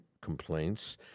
complaints